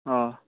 آ